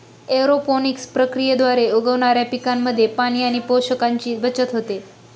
aeroponics प्रक्रियेद्वारे उगवणाऱ्या पिकांमध्ये पाणी आणि पोषकांची बचत होते